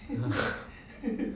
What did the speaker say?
!huh!